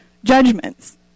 Judgments